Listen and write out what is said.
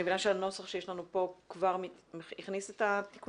אני מבינה שהנוסח שיש לנו פה כבר הכניס את התיקונים?